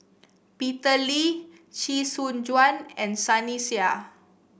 Peter Lee Chee Soon Juan and Sunny Sia